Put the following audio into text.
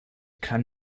kann